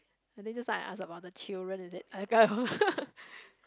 I think just now I ask about the children is it